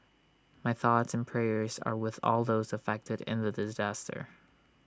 my thoughts and prayers are with all those affected in the disaster